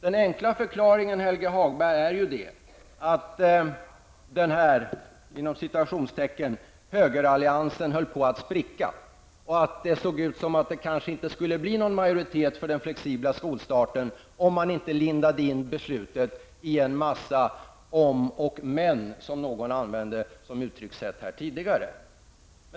Den enkla förklaringen, Helge Hagberg, är att den här ''högeralliansen'' höll på att spricka och att det såg ut som om det kanske inte skulle bli någon majoritet för den flexibla skolstarten om man inte lindade in beslutet i en massa om och men, som någon använde som uttryckssätt här tidigare.